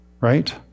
right